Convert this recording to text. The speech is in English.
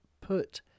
put